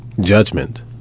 judgment